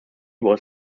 was